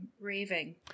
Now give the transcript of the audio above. raving